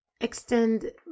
extend